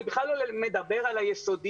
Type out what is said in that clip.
אני בכלל לא מדבר על היסודיים.